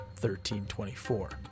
1324